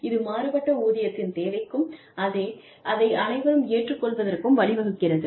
இது மாறுபட்ட ஊதியத்தின் தேவைக்கும் அதை அனைவரும் ஏற்றுக் கொள்வதற்கும் வழிவகுக்கிறது